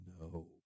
no